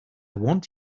want